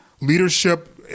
leadership